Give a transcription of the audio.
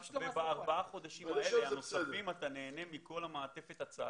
בארבעת החודשים הנוספים אתה נהנה מכל המעטפת הצה"לית,